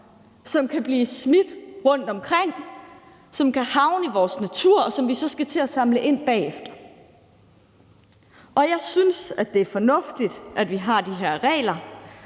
som kan blive smidt rundt omkring og havne i vores natur, og som vi så skal til at samle ind bagefter. Jeg synes, det er fornuftigt, at vi har de her regler,